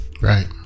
Right